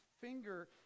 finger